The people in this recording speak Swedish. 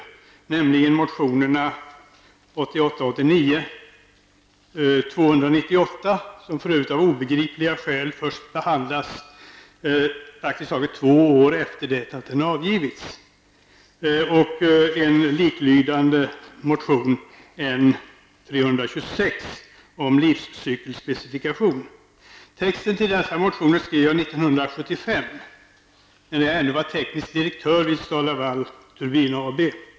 Det gäller motionerna 1988 90:N326 om livscykelspecifikation. Texten till dessa motioner skrev jag 1975 medan jag ännu var teknisk direktör vid STAL-LAVAL Turbin AB.